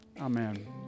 amen